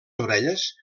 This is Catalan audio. orelles